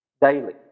Daily